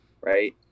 right